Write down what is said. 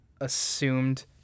assumed